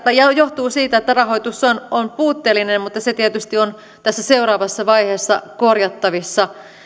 johtuu siitä että rahoitus on on puutteellinen mutta se tietysti on tässä seuraavassa vaiheessa korjattavissa